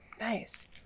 Nice